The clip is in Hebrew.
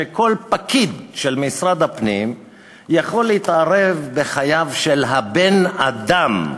שכל פקיד של משרד הפנים יכול להתערב בחייו של הבן-אדם,